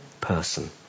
person